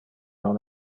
non